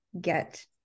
get